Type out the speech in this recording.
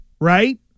right